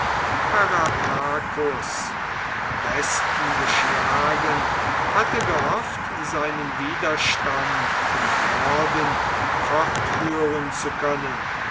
im westen geschlagen hatte gehofft seinen widerstand im norden fortführen zu können